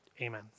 amen